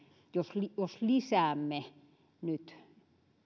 jos jos lisäämme nyt